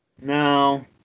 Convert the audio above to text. No